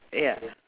ya